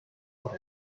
por